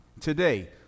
Today